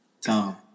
Tom